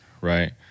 Right